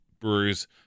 Brewer's